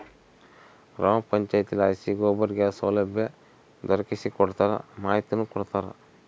ಗ್ರಾಮ ಪಂಚಾಯಿತಿಲಾಸಿ ಗೋಬರ್ ಗ್ಯಾಸ್ ಸೌಲಭ್ಯ ದೊರಕಿಸಿಕೊಡ್ತಾರ ಮಾಹಿತಿನೂ ಕೊಡ್ತಾರ